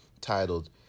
titled